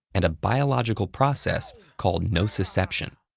and a biological process called nociception.